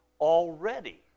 already